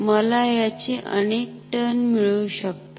मला याचे अनेक टर्न मिळू शकतात